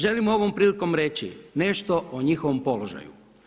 Želim ovom prilikom reći nešto o njihovom položaju.